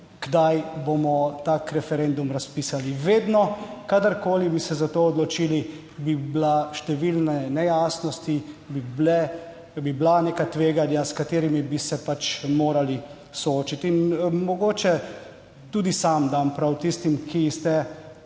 kdaj bomo tak referendum razpisali. Vedno kadarkoli bi se za to odločili bi bile številne nejasnosti, bi bila neka tveganja, s katerimi bi se pač morali soočiti. In mogoče tudi sam dam prav tistim, ki ste